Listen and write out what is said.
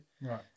Right